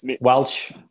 Welsh